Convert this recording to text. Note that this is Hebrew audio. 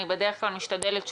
אני בדרך כלל משתדלת שלא.